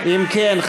אם כן,